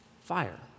fire